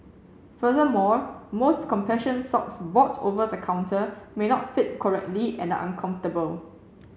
furthermore most compression socks bought over the counter may not fit correctly and uncomfortable